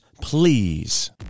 please